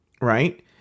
right